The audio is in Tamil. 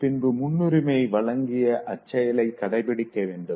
பின்பு முன்னுரிமை வழங்கிய அச்செயலைக் கடைபிடிக்க வேண்டும்